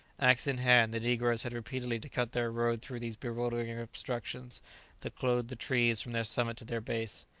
axe in hand, the negroes had repeatedly to cut their road through these bewildering obstructions that clothed the trees from their summit to their base.